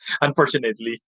Unfortunately